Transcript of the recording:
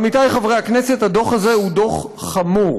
עמיתי חברי הכנסת, הדוח הזה הוא דוח חמור.